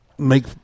Make